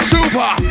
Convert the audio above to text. Super